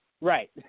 Right